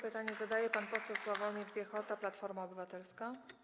Pytanie zadaje pan poseł Sławomir Jan Piechota, Platforma Obywatelska.